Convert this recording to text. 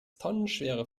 tonnenschwere